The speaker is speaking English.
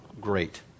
great